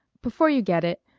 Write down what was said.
before you get it,